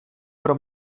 pro